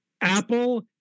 Apple